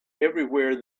everywhere